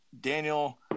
Daniel